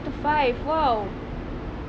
one two five !wow!